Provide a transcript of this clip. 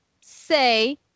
say